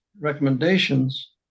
recommendations